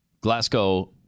Glasgow